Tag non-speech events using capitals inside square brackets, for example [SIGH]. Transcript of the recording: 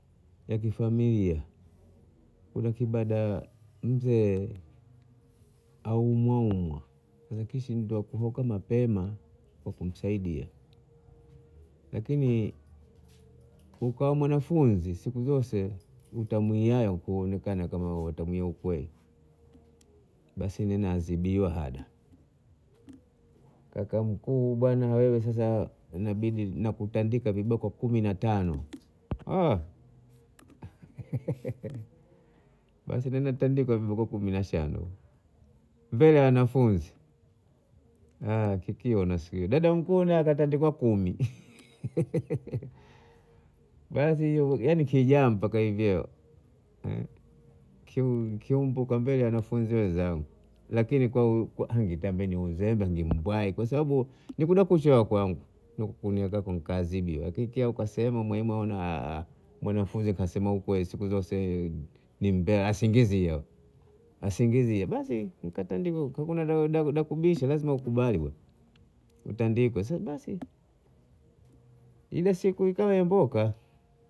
Ya kifamilia kuna kibada mzee aumwa umwa sa kishindwa kutoka mapema kwa kumsaidia lakini [HESITATION] kukawa mwanafunzi siku zose utamwiaya kuonekana kama wataamia ukweli basi ninadhibiwa hada, kaka mkuu bana wewe sasa ninabidi na kutandika viboko kumi na tano [HESITATION] [LAUGHS] basi nina tandikwa viboko kumi na shano mbele ya wanafunzi na kikiwa siku hiyo dada mkuu nae katandikwa kumi. [LAUGHS] Basi hiyo kijampa mpaka hivi leo [HESITATION] kiu- kiumbo mbele ya wanafunzi wenzangu lakini kwa [HESITATION] kwa nitambia ni udhembe ni mbwai kwa sababu nikuda kuchelewa kwangu nikukaadhibiwa lakini nikasema mwalimu oda [HESITATION] mwanafunzi kasema ukweli siku zose ni mbela asingizia asingizia basi nikatandikwa kuna kuda kuda kubisha lazima ukubali bana utandikwe sa basi ile siku ikawa ya mboka